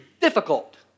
difficult